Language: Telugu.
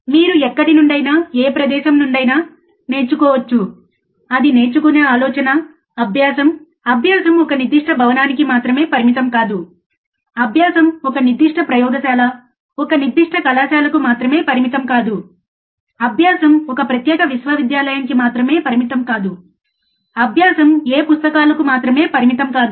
మీరు ఎక్కడి నుండైనా ఏ ప్రదేశం నుండి అయినా నేర్చుకోవచ్చు అది నేర్చుకునే ఆలోచన అభ్యాసం అభ్యాసం ఒక నిర్దిష్ట భవనానికి మాత్రమే పరిమితం కాదు అభ్యాసం ఒక నిర్దిష్ట ప్రయోగశాల ఒక నిర్దిష్ట కళాశాలకు మాత్రమే పరిమితం కాదు అభ్యాసం ఒక ప్రత్యేక విశ్వవిద్యాలయంకి మాత్రమే పరిమితం కాదు అభ్యాసం ఏ పుస్తకాలకు మాత్రమే పరిమితం కాదు